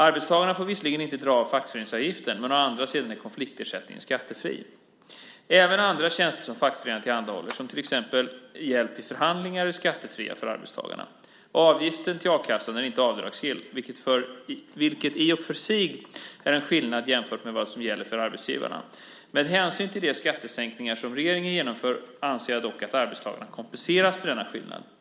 Arbetstagarna får visserligen inte dra av fackföreningsavgiften, men å andra sidan är konfliktersättningen skattefri. Även andra tjänster som fackföreningarna tillhandahåller, till exempel hjälp vid förhandlingar, är skattefria för arbetstagarna. Avgiften till a-kassan är inte avdragsgill, vilket i och för sig är en skillnad jämfört med vad som gäller för arbetsgivarna. Med hänsyn till de skattesänkningar som regeringen genomför anser jag dock att arbetstagarna kompenseras för denna skillnad.